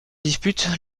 dispute